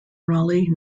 raleigh